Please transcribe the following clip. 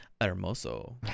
Hermoso